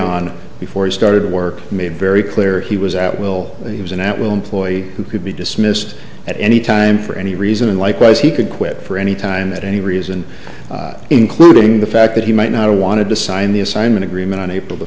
on before he started work made very clear he was at will he was in at will employee who could be dismissed at any time for any reason and likewise he could quit for any time at any reason including the fact that he might not have wanted to sign the assignment agreement